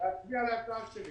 להצביע על ההצעה שלי